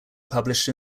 published